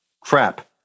crap